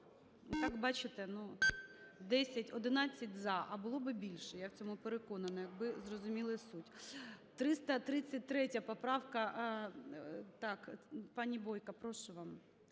За-11 11 – за, а було би більше, я в цьому переконана, якби зрозуміли суть. 333 поправка. Так, пані Бойко, прошу, вам